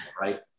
right